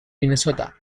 minnesota